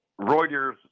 Reuters